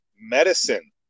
medicine